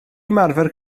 ymarfer